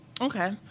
Okay